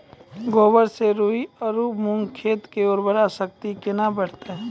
गोबर से राई आरु मूंग खेत के उर्वरा शक्ति केना बढते?